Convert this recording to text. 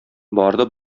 барды